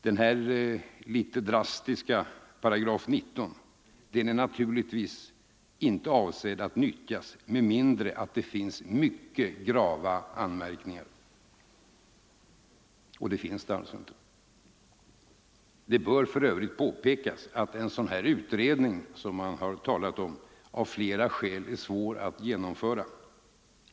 Den litet drastiska paragraf 19 är naturligtvis inte avsedd att utnyttjas med mindre det finns mycket grava anmärkningar, och det finns det alltså inte. Det bör för övrigt påpekas att en sådan utredning som man har talat om av flera skäl är svår att genomföra.